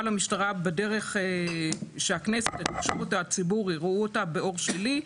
המשטרה בדרך שהכנסת או הציבור יראו אותה באור שלילי,